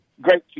great